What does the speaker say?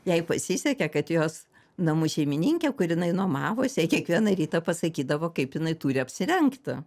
jai pasisekė kad jos namų šeimininkė kur jinai nuomavosi jai kiekvieną rytą pasakydavo kaip jinai turi apsirengti